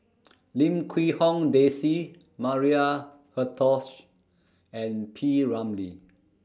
Lim Quee Hong Daisy Maria Hertogh and P Ramlee